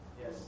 Yes